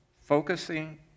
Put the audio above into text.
focusing